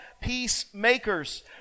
peacemakers